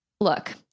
look